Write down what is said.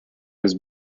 was